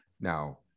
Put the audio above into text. Now